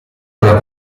una